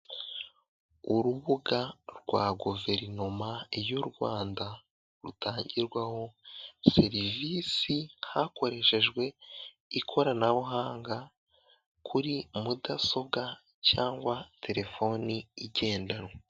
Urubuga rwa guverinoma y'u Rwanda rutangirwaho serivisi hakoreshejwe ikoranabuhanga kuri mudasobwa cyangwa telefoni igendanwa.